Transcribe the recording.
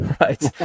right